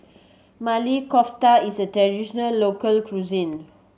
Maili Kofta is a traditional local cuisine